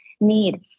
need